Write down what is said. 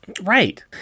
Right